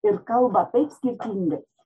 ir kalba taip skirtingais